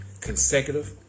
consecutive